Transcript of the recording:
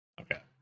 Okay